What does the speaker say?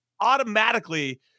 automatically